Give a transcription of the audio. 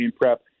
prep